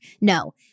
No